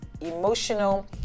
emotional